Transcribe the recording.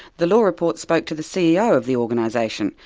the law report spoke to the ceo of the organisation,